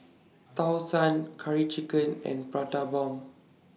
Tau Suan Curry Chicken and Prata Bomb